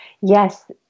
Yes